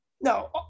No